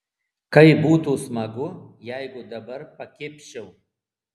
kaip būtų smagu jeigu dabar pakibčiau